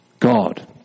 God